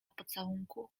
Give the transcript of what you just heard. pocałunku